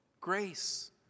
grace